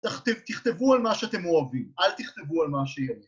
‫תכתבו על מה שאתם אוהבים, ‫אל תכתבו על מה שאין.